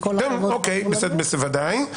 כן, וודאי.